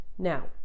now